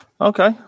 Okay